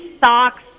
socks